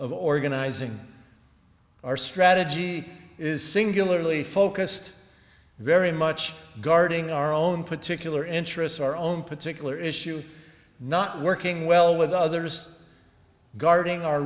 of organizing our strategy is singularly focused very much guarding our own particular interests our own particular issue not working well with others guarding o